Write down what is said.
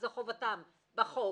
זה חובתם בחוק.